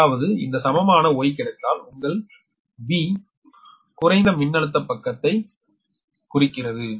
அதாவது இந்த சமமான Y கிடைத்தால் V உங்கள் X குறைந்த மின்னழுத்த பக்கத்தைக் குறிக்கிறது